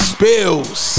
Spills